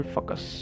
Focus